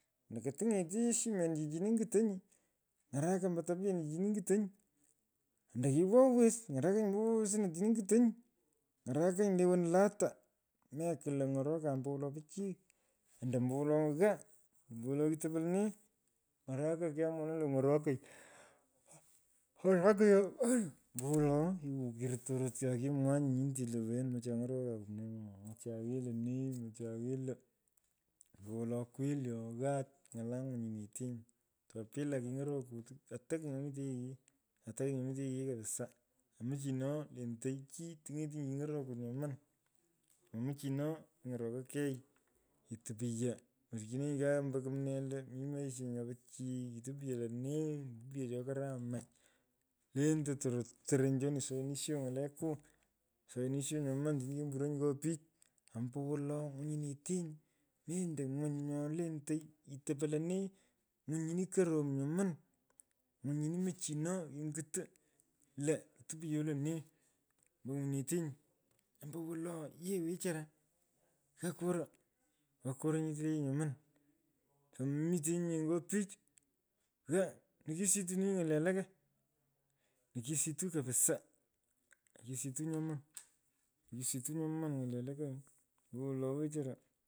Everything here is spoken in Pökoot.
Ando kotungh heshimenichi chini ny’utonyi. ng’araraka ombo topyanichi chini ny’utonyi. ando kiwowes. ng’arakonyi ngo wowestonin ngutonyi. ng’arakanyi le wonolata. Mekwal lo ang’orokan ombowolo pichy ando ombowolo ghaa. ombowolo kitopo lonee. ng’araka kiamuananyi lo ong’oroko. ng’araka nyoman. obowolo. kikokirr tororot cha kimwaghanyi nyinte lo wena muchan ny’oroke ka kumnee no. mochan yighee lo nee. muchan yighoe lo. Ombowolo kweli oo ghuach ny’ala ngwinyineteni. to pila kiny’orokut. ata kigh nyo mitenyi yighee. ata kigh nyo mitenyi yighee kapisaa. aa muchino tentey chii tung’etinyi king’orokut nyoman. muchino king’orokoi kei ketopyo. Nyarchinonyi ombo jaa kumnee lo mi maisha nyo ppichiy. kitopto lenee. kighoi cho karamachi lentei tororot sora nyu choni. soyonisho ng’aleku. soyonisho nyoman otini kemburonyi nyo pich. Ombowolo. ny’unyinetenyi mendo nywiny nyo lentoi. kitopo lenee. Ngwiny myini korom nyoman. ngwiny nyinin muchino kenyutu lo topyo lenee ombo nywininyetenyi. Ombowolo yee wechara ghaa koro. ghaa koro nyete le yee nyoman tomemitenyi nye nyi oich. ghaa; nukistunyi wny’ole walaka. nukisitu kabsaa. nukisitu nyoman. nukisitu nyoman. nukisito nyoman ng’ale walaka. ombowolo wechara.